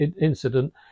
incident